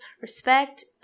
respect